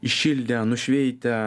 įšildę nušveitę